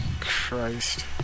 Christ